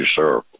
sir